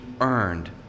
earned